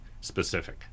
specific